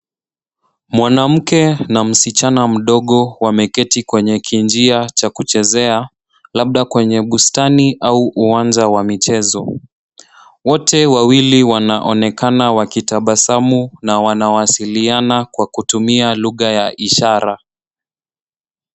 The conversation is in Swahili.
Mwanamke na msichana mdogo wameketi kwenye kinjia cha kuchezea, labda kwenye bustani au uwanja wa michezo. Wote wawili wanaonekana wakitabasamu na wanawasiliana kwa kutumia lugha ya ishara.